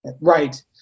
right